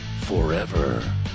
forever